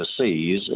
overseas